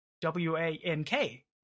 W-A-N-K